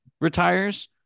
retires